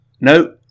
No